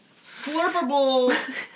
slurpable